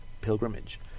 pilgrimage